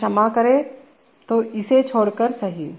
मुझे क्षमा करें तो इसे छोड़कर सही